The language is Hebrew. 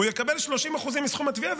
הוא יקבל 30% מסכום התביעה,